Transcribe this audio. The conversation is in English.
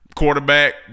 Quarterback